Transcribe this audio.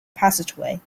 passageway